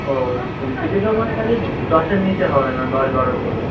ও simple use করতে হলে দশের নিচে হবে না দশ বারো পড়বে